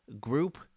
group